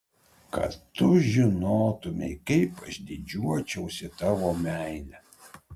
kad tu žinotumei kaip aš didžiuočiausi tavo meile